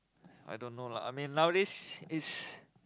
I don't know lah I mean nowadays is